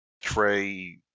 trey